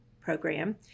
program